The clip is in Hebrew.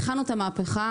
התחלנו את המהפכה.